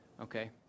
Okay